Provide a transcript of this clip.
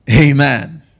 amen